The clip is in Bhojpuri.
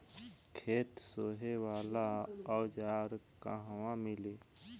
खेत सोहे वाला औज़ार कहवा मिली?